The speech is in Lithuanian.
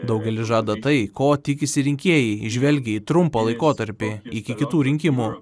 daugelis žada tai ko tikisi rinkėjai žvelgia į trumpą laikotarpį iki kitų rinkimų